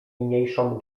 niniejszą